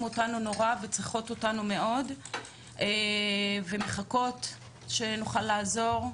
וצריכות אותנו מאוד ומחכים ומחכות לעזרתנו.